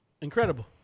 Incredible